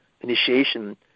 initiation